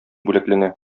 бүләкләнә